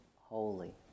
holy